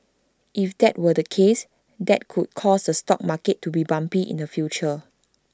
if that were the case that could cause the stock market to be bumpy in the future